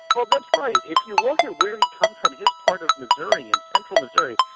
well that's right. if you look at where he comes from, his part of missouri, in central missouri,